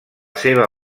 seva